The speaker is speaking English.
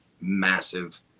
massive